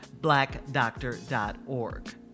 blackdoctor.org